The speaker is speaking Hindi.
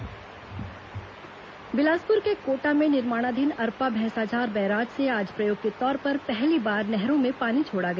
अरपा भैसाझार बैराज बिलासपुर के कोटा में निर्माणाधीन अरपा भैसाझार बैराज से आज प्रयोग के तौर पर पहली बार नहरों में पानी छोड़ा गया